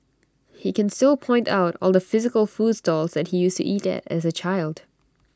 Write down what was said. he can still point out all the physical food stalls that he used to eat at as A child